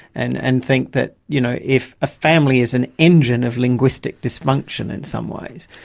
and and think that you know if a family is an engine of linguistic dysfunction, in some ways,